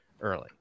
early